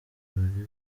birori